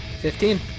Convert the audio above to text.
Fifteen